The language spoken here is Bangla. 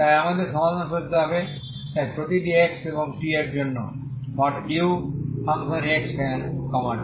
তাই আমাদের সমাধান খুঁজতে হবে তাই প্রতিটি x এবং t এর জন্য uxt